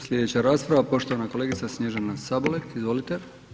Sljedeća rasprava poštovana kolegica Snježana Sabolek, izvolite.